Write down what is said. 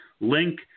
link